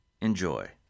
Enjoy